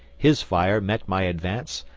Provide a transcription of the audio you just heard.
his fire met my advance,